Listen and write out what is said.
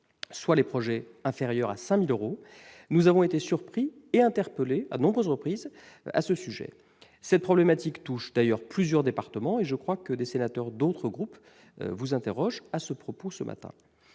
c'est-à-dire inférieurs à 5 000 euros, nous avons été surpris et interpellés à nombreuses reprises ! Cette problématique touche d'ailleurs plusieurs départements et je crois, madame la ministre, que des sénateurs d'autres groupes vous interrogeront à ce propos ce matin.